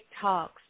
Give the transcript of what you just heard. Talks